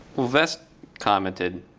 vest commented,